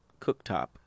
cooktop